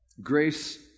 Grace